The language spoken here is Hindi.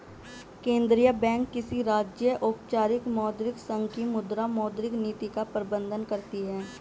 केंद्रीय बैंक किसी राज्य, औपचारिक मौद्रिक संघ की मुद्रा, मौद्रिक नीति का प्रबन्धन करती है